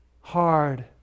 hard